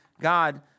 God